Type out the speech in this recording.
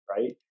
right